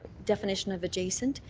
definition of adjacent,